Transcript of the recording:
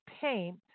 paint